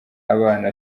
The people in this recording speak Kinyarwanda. abana